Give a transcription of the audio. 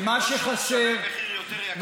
ומה שחסר, אנחנו נשלם מחיר יותר יקר, יותר ארוך.